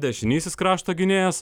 dešinysis krašto gynėjas